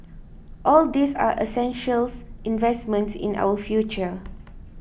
all these are essential investments in our future